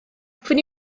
hoffwn